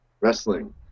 wrestling